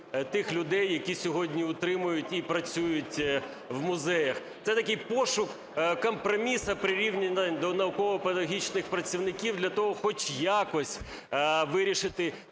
тих людей, які сьогодні утримують і працюють в музеях. Це такий пошук компромісу, прирівняний до науково-педагогічних працівників, для того, хоч якось вирішити